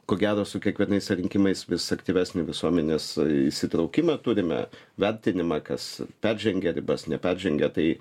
ko gero su kiekvienais rinkimais vis aktyvesnį visuomenės įsitraukimą turime vertinimą kas peržengė ribas neperžengė tai